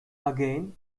again